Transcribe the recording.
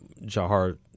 Jahar